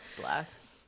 Bless